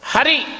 Hari